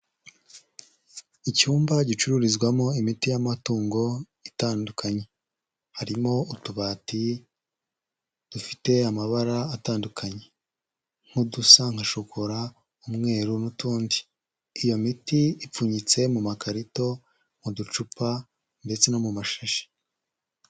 Icyumba gicururizwamo imiti y'amatungo itandukanye. Harimo utubati dufite amabara atandukanye nk'udusa nka shokora, umweru n'utundi. Iyo miti ipfunyitse mu makarito, mu ducupa ndetse no mu mashashi.